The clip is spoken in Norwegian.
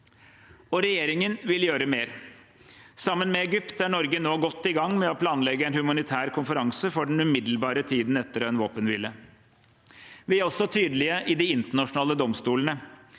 Regjeringen vil gjøre mer. Sammen med Egypt er Norge nå godt i gang med å planlegge en humanitær konferanse for den umiddelbare tiden etter en våpenhvile. Vi er også tydelige i de internasjonale domstolene.